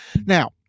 Now